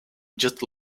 just